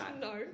No